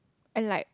and like